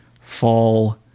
fall